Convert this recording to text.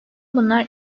bunlar